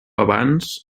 abans